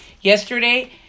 Yesterday